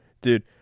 Dude